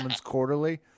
quarterly